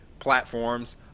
platforms